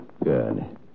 Good